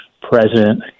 president